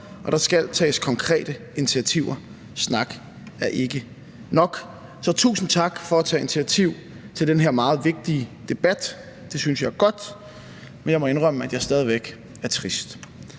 Og der skal tages konkrete initiativer – snak er ikke nok. Så tusind tak for at tage initiativ til den her meget vigtige debat. Det synes jeg er godt. Men jeg må indrømme, at jeg stadig er trist.